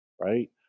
right